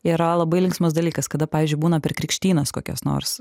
yra labai linksmas dalykas kada pavyzdžiui būna per krikštynas kokias nors